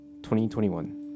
2021